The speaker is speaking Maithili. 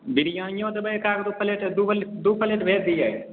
बिरयानियो देबै एक आध गो पलेट दू दू पलेट भेज दिए